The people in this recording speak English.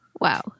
Wow